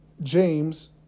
James